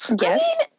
Yes